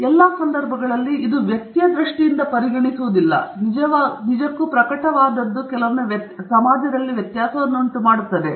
ಮತ್ತು ಎಲ್ಲಾ ಸಂದರ್ಭಗಳಲ್ಲಿ ಇದು ವ್ಯಕ್ತಿಯ ದೃಷ್ಟಿಯಿಂದ ಪರಿಗಣಿಸುವುದಿಲ್ಲ ಅದು ನಿಜಕ್ಕೂ ಪ್ರಕಟವಾದದ್ದು ನಿಜವಾಗಿಯೂ ವ್ಯತ್ಯಾಸವನ್ನುಂಟುಮಾಡುತ್ತದೆ